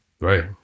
right